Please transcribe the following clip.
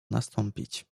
nastąpić